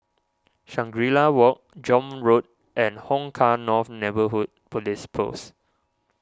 Shangri La Walk John Road and Hong Kah North Neighbourhood Police Post